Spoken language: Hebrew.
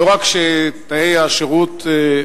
לא רק שתנאי השירות,